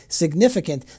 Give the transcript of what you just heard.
significant